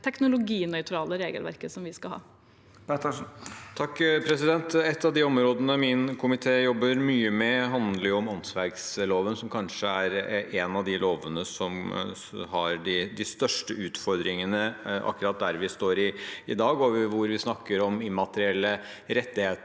skal ha. Tage Pettersen (H) Et av de områdene min komité jobber mye med, handler om åndsverkloven, som kanskje er en av de lovene som har de største utfordringene akkurat der vi står i dag, hvor vi snakker om immaterielle rettigheter